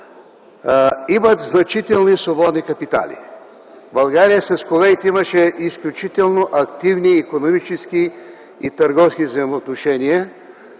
имат значителни свободни капитали. България с Кувейт имаше изключително активни икономически и търговски взаимоотношения.